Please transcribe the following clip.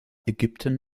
ägypten